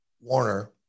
Warner